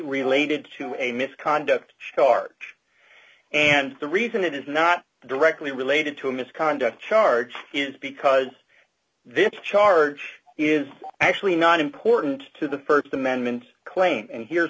related to a misconduct charge and the reason it is not directly related to misconduct charge is because this charge is actually not important to the st amendment claim and here's